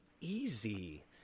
easy